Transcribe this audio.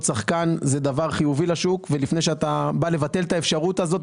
שחקן הוא דבר חיובי לשוק ולפני שאתה בא לבטל את האפשרות הזאת,